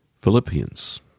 Philippians